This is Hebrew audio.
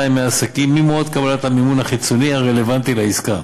ימי עסקים ממועד קבלת המימון החיצוני הרלוונטי לעסקה.